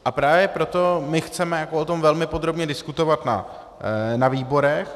A právě proto my chceme o tom velmi podrobně diskutovat na výborech.